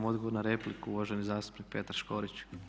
Odgovor na repliku, uvaženi zastupnik Petar Škorić.